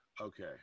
Okay